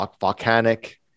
volcanic